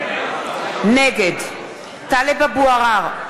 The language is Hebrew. נגד טלב אבו עראר,